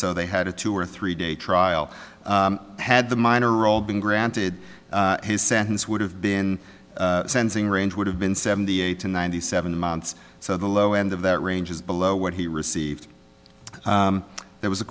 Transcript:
so they had a two or three day trial had the minor role been granted his sentence would have been sensing range would have been seventy eight to ninety seven months so the low end of that range is below what he received there was a